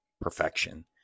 perfection